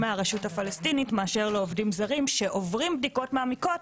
מהרשות הפלסטינית מאשר לעובדים זרים שעוברים בדיקות מעמיקות,